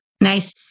Nice